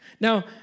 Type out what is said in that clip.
Now